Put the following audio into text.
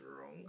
wrong